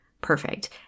perfect